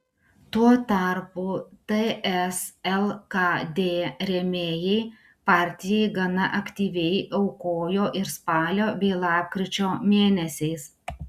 tuo tarpu ts lkd rėmėjai partijai gana aktyviai aukojo ir spalio bei lapkričio mėnesiais